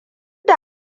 da